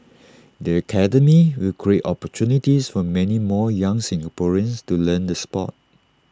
the academy will create opportunities for many more young Singaporeans to learn the Sport